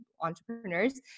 entrepreneurs